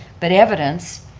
but evidence